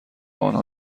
آنها